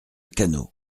canot